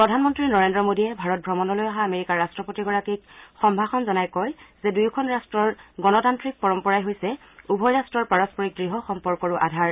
প্ৰধানমন্ত্ৰী নৰেন্দ্ৰ মোদীয়ে ভাৰত ভ্ৰমণলৈ অহা আমেৰিকাৰ ৰাট্টপতিগৰাকীক সম্ভাষণ জনাই কয় যে দূয়োখন ৰাট্টৰ গণতান্ত্ৰিক পৰম্পৰাই হৈছে উভয় ৰাট্টৰ পাৰস্পৰিক দৃঢ় সম্পৰ্কৰো আধাৰ